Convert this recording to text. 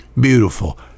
beautiful